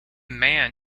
man